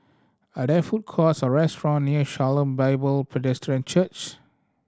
are there food courts or restaurant near Shalom Bible Presbyterian Church